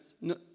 no